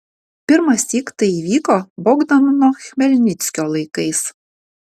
pirmąsyk tai įvyko bogdano chmelnickio laikais